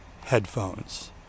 headphones